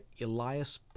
Elias